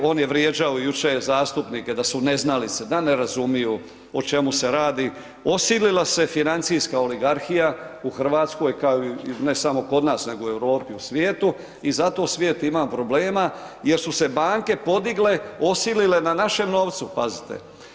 On je vrijeđao jučer zastupnike da su neznalice, da ne razumiju o čemu se radi, osilila se financijska oligarhija u Hrvatskoj, ne samo kod nas nego i u Europi i u svijetu i zato svijet ima problema jer su se banke podigle osilile na našem novcu, pazite.